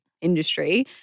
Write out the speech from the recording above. industry